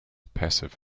passive